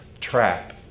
trap